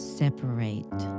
separate